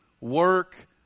work